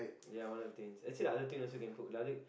ya I'm one of the twins actually the other twin also can cook lah